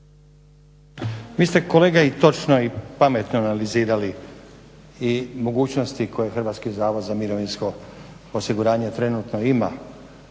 Vi ste kolega i točno i pametno analizirali i mogućnosti koje Hrvatski zavod za mirovinsko osiguranje trenutno ima